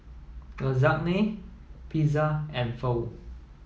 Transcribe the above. Lasagne Pizza and Pho